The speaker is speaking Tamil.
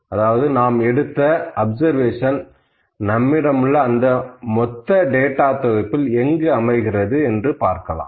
அதாவது நாம் எடுத்த அப்சர்வேஷன் நம்மிடமுள்ள அந்த மொத்த டேட்டா தொகுப்பில் எங்கு அமைகிறது என்று பார்க்கலாம்